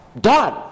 done